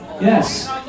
Yes